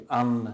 un